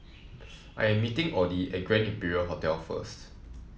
I am meeting Oddie at Grand Imperial Hotel first